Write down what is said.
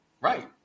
Right